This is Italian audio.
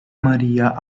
maria